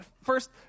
First